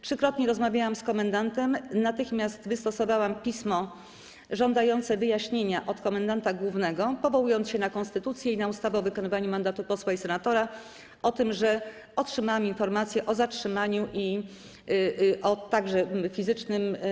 Trzykrotnie rozmawiałam z komendantem, natychmiast wystosowałam pismo, żądając wyjaśnienia od komendanta głównego, powołując się na konstytucję i na ustawę o wykonywaniu mandatu posła i senatora, mówiące o tym, że otrzymałam informację o zatrzymaniu i o fizycznym.